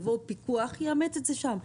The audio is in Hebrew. יבוא פיקוח ויאמץ את זה שם.